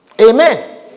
Amen